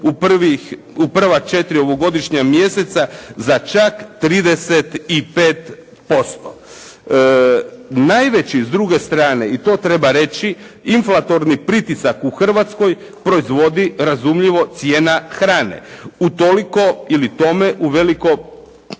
u prva četiri ovogodišnja mjeseca za čak 35%. Najveći s druge strane i to treba reći, inflatorni pritisak u Hrvatskoj proizvodi razumljivo cijena hrane utoliko ili tome uveliko